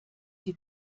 die